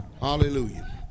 Hallelujah